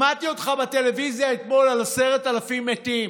שמעתי אותך בטלוויזיה אתמול, על 10,000 מתים.